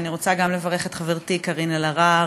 אני רוצה גם לברך את חברתי קארין אלהרר